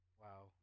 Wow